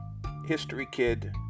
historykid